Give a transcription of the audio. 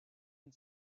une